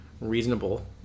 reasonable